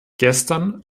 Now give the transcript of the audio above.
gestern